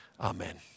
Amen